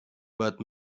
but